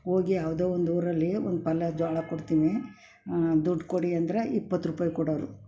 ಹೋಗಿ ಯಾವುದೋ ಒಂದು ಊರಲ್ಲಿ ಒಂದು ಪಲ್ಲ ಜೋಳ ಕೊಡ್ತೀನಿ ದುಡ್ಡು ಕೊಡಿ ಅಂದರೆ ಇಪ್ಪತ್ರೂಪಾಯಿ ಕೊಡೋವ್ರು